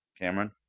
Cameron